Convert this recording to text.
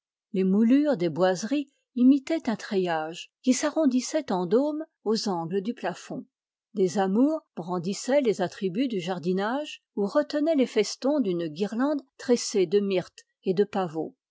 les moulures des boiseries imitaient un treillage qui s'arrondissait en dôme aux angles du plafond quatre figures d'enfants l'amour la morte le sommeil et le songe les yeux baissés un doigt sur la bouche retenaient de lourdes guirlandes tressées de myrte et de pavots